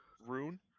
rune